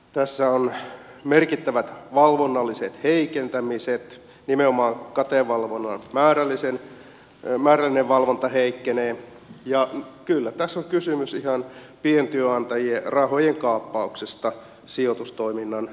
tässä on merkittävät valvonnalliset heikentämiset nimenomaan katevalvonnan määrällinen valvonta heikkenee ja kyllä tässä on kysymys ihan pientyönantajien rahojen kaappauksesta sijoitustoiminnan riskipuskuriksi